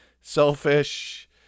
selfish